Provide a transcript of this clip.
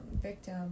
victim